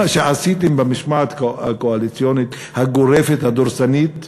מה שעשיתם במשמעת הקואליציונית, הגורפת, הדורסנית,